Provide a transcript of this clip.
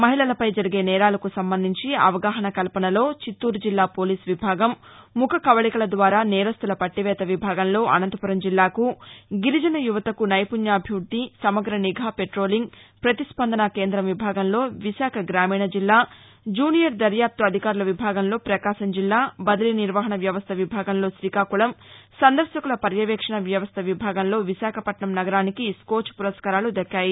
మళలపై జరిగే నేరాలకు సంబంధించి అవగాహన కల్పనలో చిత్తూరు జిల్లా పోలీసు విభాగం ముఖ కవళికల ద్వారా నేరస్టుల పట్టివేత విభాగంలో అనంతపురం జిల్లాకు గిరిజన యువతకు నైపుణ్యభివృద్ది సమగ్ర నిఘా పెట్రోలింగ్ ప్రతిస్పందన కేంద్రం విభాగంలో విశాఖ గ్రామీణ జిల్లా జూనియర్ దర్యాప్తు అధికారుల విభాంగలో ప్రకాశం జిల్లా బదిలీ నిర్వహణ వ్యవస్థ విభాగంలో తీకాకుళం సందర్శకుల పర్యవేక్షణ వ్యవస్థ విభాగంలో విశాఖపట్నం సగరానికి స్కోప్ పురస్కారాలు దక్కాయి